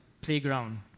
playground